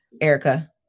Erica